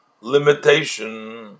limitation